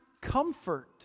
comfort